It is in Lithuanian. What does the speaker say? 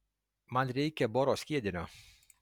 man reikia boro skiedinio